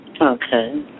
Okay